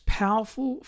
powerful